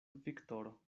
viktoro